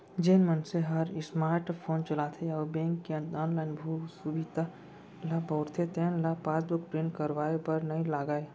जेन मनसे हर स्मार्ट फोन चलाथे अउ बेंक के ऑनलाइन सुभीता ल बउरथे तेन ल पासबुक प्रिंट करवाए बर नइ लागय